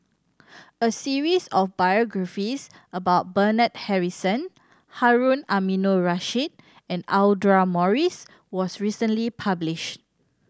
a series of biographies about Bernard Harrison Harun Aminurrashid and Audra Morrice was recently published